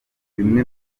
bimwe